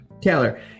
Taylor